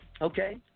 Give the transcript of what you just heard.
okay